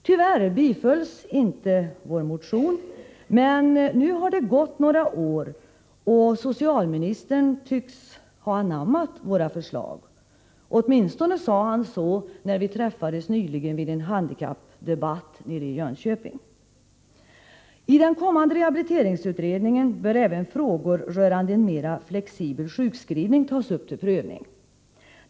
Tyvärr bifölls inte vår motion, men nu har det gått några år, och socialministern tycks ha anammat våra förslag. Åtminstone sade han så när vi nyligen träffades vid en handikappdebatt i Jönköping. I den kommande rehabiliteringsutredningen bör även frågor rörande en mera flexibel sjukskrivning tas upp till prövning.